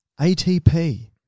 ATP